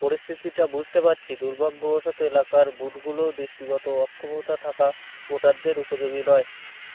পরিস্থিতিটা বুঝতে পারছি দুর্ভাগ্যবশত এলাকার বুধগুলো দৃষ্টিগত অক্ষমতা থাকা ওঠারদের উপযোগী নয়